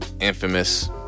infamous